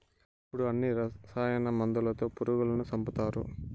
ఇప్పుడు అన్ని రసాయన మందులతో పురుగులను సంపుతారు